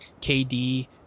KD